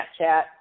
Snapchat